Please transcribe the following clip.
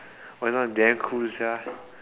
!wah! this one damn cool sia